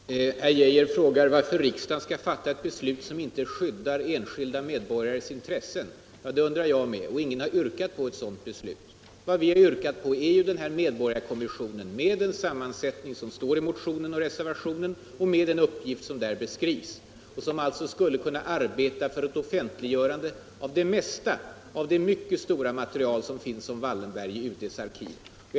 Herr talman! Herr Arne Geijer frågar varför riksdagen skall fatta ett beslut, som inte skyddar enskilda medborgares intressen. Det undrar jag med. Ingen har heller yrkat på ett sådant beslut. Vad vi har begärt är en medborgarkommission med den sammansättning som står i motionen och reservationen och med den uppgift som där beskrivs. Kommissionen skulle arbeta för ett offentliggörande av det mesta av det mycket stora material som finns om Wallenberg i UD:s arkiv utan att hota enskildas säkerhet.